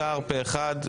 אושר פה אחד.